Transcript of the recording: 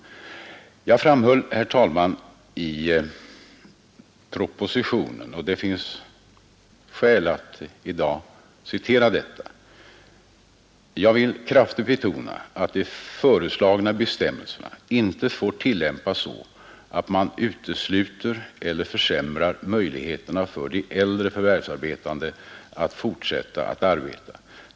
Jag framhöll i propositionen — och det finns som sagt skäl att i dag citera detta — följande: ”Jag vill kraftigt betona att de föreslagna bestämmelserna inte får tillämpas så att man utesluter eller försämrar möjligheterna för de äldre förvärvsarbetande att fortsätta att arbeta.